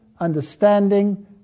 understanding